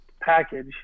package